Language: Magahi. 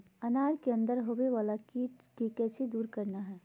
अनार के अंदर होवे वाला कीट के कैसे दूर करना है?